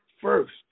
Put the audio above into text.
first